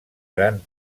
gran